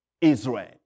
Israel